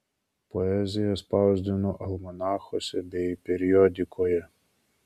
poeziją spausdino almanachuose bei periodikoje